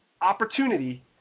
opportunity